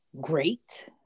great